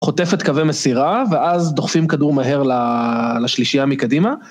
חוטפת קווי מסירה, ואז דוחפים כדור מהר לשלישיה מקדימה.